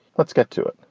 let's get to it.